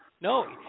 No